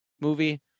movie